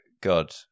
God